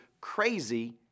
crazy